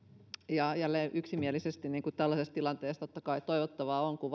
ja jälleen yksimielisesti niin kuin tällaisessa tilanteessa totta kai toivottavaa on kun